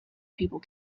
people